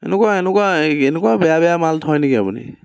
এনেকুৱা এনেকুৱা এনেকুৱা বেয়া বেয়া মাল থয় নেকি আপুনি